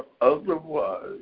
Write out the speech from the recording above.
otherwise